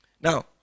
Now